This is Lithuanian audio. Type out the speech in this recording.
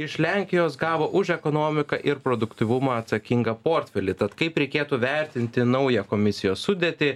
iš lenkijos gavo už ekonomiką ir produktyvumą atsakingą portfelį tad kaip reikėtų vertinti naują komisijos sudėtį